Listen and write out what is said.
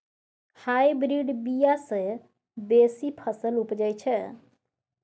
hybrid बीया सँ बेसी फसल उपजै छै